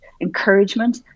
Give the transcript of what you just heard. encouragement